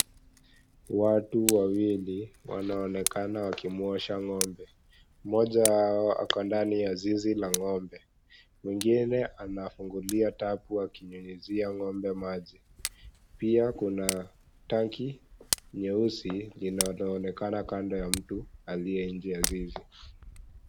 Watu wawili wanaonekana wakimuosha ng'ombe. Mmoja wao ako ndani ya zizi la ng'ombe. Mwingine anafungulia tapu akinyunyizia ng'ombe maji. Pia, kuna tanki nyeusi linaloonekana kando ya mtu aliye nje ya zizi.